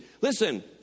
Listen